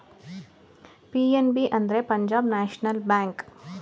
PNB ಅಂದ್ರೆ Punjab National bank